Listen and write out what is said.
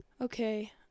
Okay